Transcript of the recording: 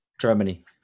Germany